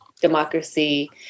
democracy